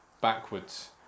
backwards